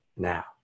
now